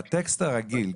בטקסט הרגיל,